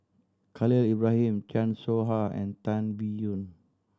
Khalil Ibrahim Chan Soh Ha and Tan Biyun